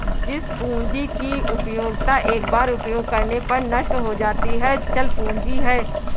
जिस पूंजी की उपयोगिता एक बार उपयोग करने पर नष्ट हो जाती है चल पूंजी है